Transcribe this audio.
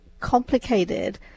complicated